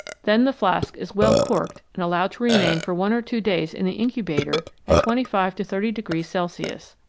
then the flask is well corked and allowed to remain for one or two days in the incubator at twenty five to thirty degrees celsius.